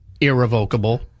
irrevocable